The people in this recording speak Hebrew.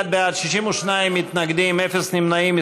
51 בעד, 62 מתנגדים, אפס נמנעים.